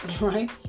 right